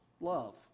love